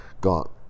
got